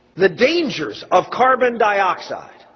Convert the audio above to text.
the dangers of carbon dioxide.